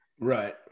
Right